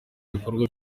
ibikorwa